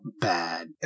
bad